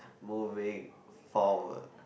moving forward